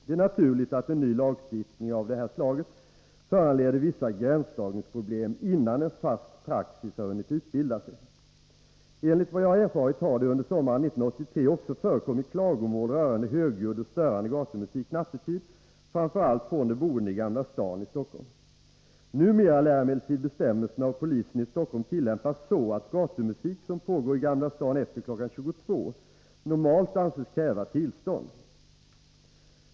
Det är naturligt att en ny lagstiftning av det slag som det här är fråga om föranleder vissa gränsdragningsproblem, innan en fast praxis har hunnit utbilda sig. Enligt vad jag har erfarit har det under sommaren 1983 också framkommit klagomål rörande högljudd och störande gatumusk nattetid, framför allt från de boende i Gamla stan i Stockholm. Numera lär emellertid bestämmelserna av polisen i Stockholm tillämpas så, att gatumusik som pågår i Gamla stan efter kl. 22.00 normalt anses kräva tillstånd.